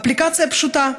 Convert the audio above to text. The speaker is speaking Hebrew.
אפליקציה פשוטה,